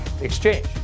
Exchange